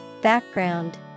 Background